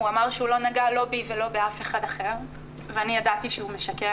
הוא אמר שהוא לא נגע לא בי ולא באף אחד אחר ואני ידעתי שהוא משקר,